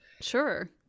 Sure